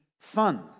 fun